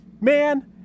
man